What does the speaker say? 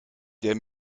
der